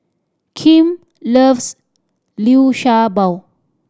Kim loves Liu Sha Bao